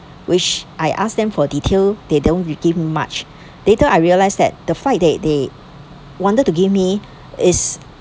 which I asked them for details they didn't will give me much later I realised that the flight that they wanted to give me was